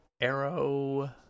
Arrow